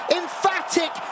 emphatic